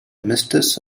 mistress